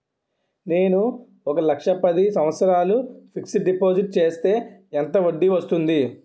నేను ఒక లక్ష పది సంవత్సారాలు ఫిక్సడ్ డిపాజిట్ చేస్తే ఎంత వడ్డీ వస్తుంది?